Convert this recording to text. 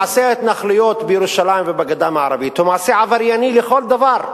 מעשה ההתנחלויות בירושלים ובגדה המערבית הוא מעשה עברייני לכל דבר.